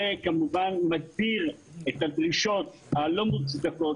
זה כמובן מגדיל את הדרישות הלא מוצדקות